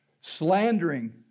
Slandering